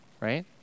right